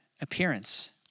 appearance